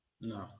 No